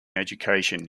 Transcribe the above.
education